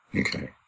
Okay